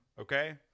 Okay